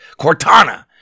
Cortana